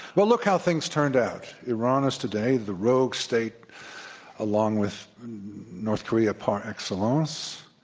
well, look how things turned out. iran is today the rogue state along with north korea, par excellence.